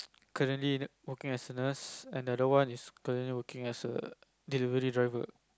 currently working as a nurse and the other one is currently working as a delivery driver